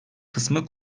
kısmı